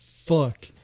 Fuck